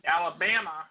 Alabama